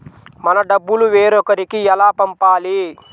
మన డబ్బులు వేరొకరికి ఎలా పంపాలి?